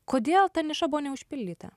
kodėl ta niša buvo neužpildyta